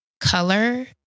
color